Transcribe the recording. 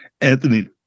Anthony